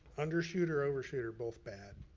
undershoot or overshoot are both bad.